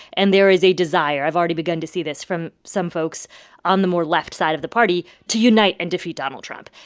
and there is a desire i've already begun to see this from some folks on the more left side of the party to unite and defeat donald trump.